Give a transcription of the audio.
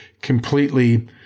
completely